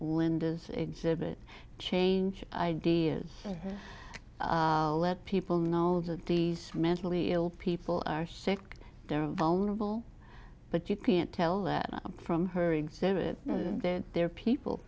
linda's exhibit change ideas let people know that these mentally ill people are sick there are vulnerable but you can't tell that from her exhibit that there are people